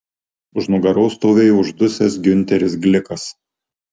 už nugaros stovėjo uždusęs giunteris glikas